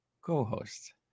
co-host